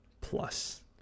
Plus